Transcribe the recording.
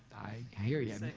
i hear you,